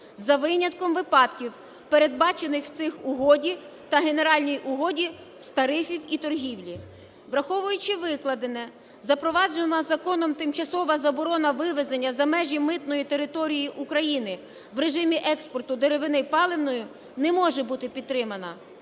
за винятком випадків, передбачених в цій угоді та Генеральній угоді з тарифів і торгівлі. Враховуючи викладене, запроваджена законом тимчасова заборона вивезення за межі митної території України в режимі експорту деревини паливної не може бути підтримана.